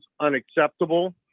unacceptable